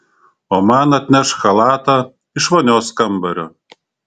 o man atnešk chalatą iš vonios kambario